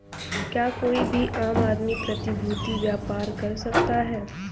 क्या कोई भी आम आदमी प्रतिभूती व्यापार कर सकता है?